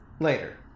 Later